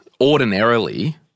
ordinarily